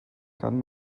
kann